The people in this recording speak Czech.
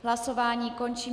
Hlasování končím.